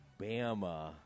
Bama